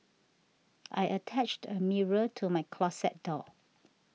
I attached a mirror to my closet door